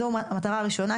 זו המטרה הראשונה,